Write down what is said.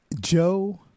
Joe